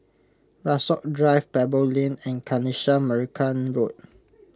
Rasok Drive Pebble Lane and Kanisha Marican Road